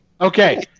Okay